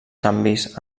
canvis